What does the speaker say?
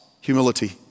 humility